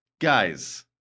guys